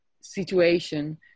situation